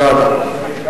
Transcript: תודה רבה.